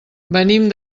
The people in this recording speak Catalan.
venim